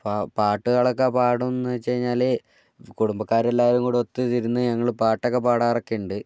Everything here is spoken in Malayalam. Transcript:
പാട്ടുകളൊക്കെ പാടും എന്ന് വെച്ചു കഴിഞ്ഞാൽ കുടുംബക്കാരെല്ലാവരും കൂടി ഒത്ത് ഇരുന്ന് ഞങ്ങൾ പാട്ടൊക്കെ പാടാറൊക്കെ ഉണ്ട്